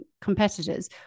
competitors